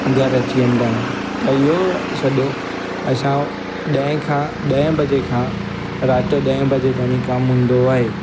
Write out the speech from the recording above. घरु अची वेंदा आहियूं त इहो सॼो असांजो ॾहें खां ॾहें बजे खां राति जो ॾहें बजे ताईं कमु हूंदो आहे